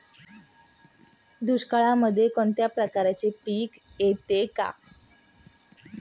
दुष्काळामध्ये कोणत्या प्रकारचे पीक येते का?